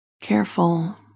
careful